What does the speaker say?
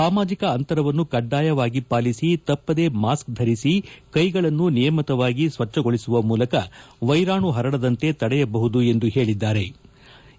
ಸಾಮಾಜಿಕ ಅಂತರವನ್ನು ಕಡ್ಡಾಯವಾಗಿ ಪಾಲಿಸಿ ತಪ್ಪದೇ ಮಾಸ್ಕ್ ಧರಿಸಿ ಕೈಗಳನ್ನು ನಿಯಮಿತವಾಗಿ ಸ್ವಜ್ಜಗೊಳಿಸುವ ಮೂಲಕ ವೈರಾಣು ಪರಡದಂತೆ ತಡೆಯಬಹುದು ಎಂದು ಹೇಳದ್ದಾರೆ